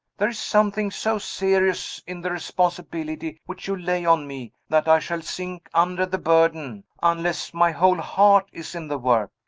there is something so serious in the responsibility which you lay on me, that i shall sink under the burden unless my whole heart is in the work.